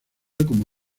como